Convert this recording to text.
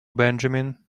benjamin